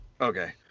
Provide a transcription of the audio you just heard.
Okay